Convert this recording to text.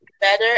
better